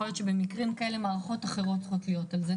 יכול להיו שבמקרים שכאלה מערכות אחרות צריכות להיות על זה.